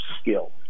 skill